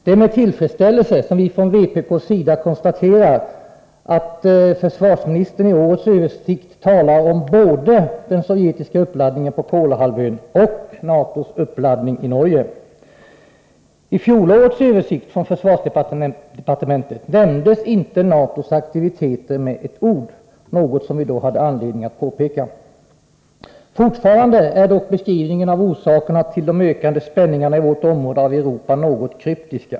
Det är med tillfredsställelse som vi från vpk:s sida konstaterar att försvarsministern i årets översikt talar om både den sovjetiska uppladdningen på Kolahalvön och NATO:s uppladdning i Norge. I fjolårets översikt från försvarsdepartementet nämndes inte NATO:s aktiviteter med ett ord, vilket vi då påpekade. Fortfarande är dock beskrivningen av orsakerna till de ökande spänningarna i vårt område av Europa något kryptiska.